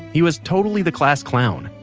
he was totally the class clown.